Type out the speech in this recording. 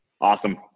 Awesome